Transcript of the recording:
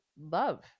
love